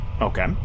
Okay